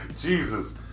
Jesus